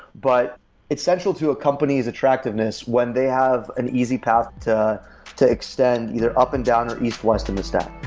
but it's essential to a company's attractiveness when they have an easy path to to extend either up and down or east-west in the stack.